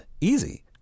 Easy